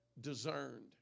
discerned